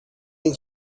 این